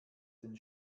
den